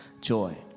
joy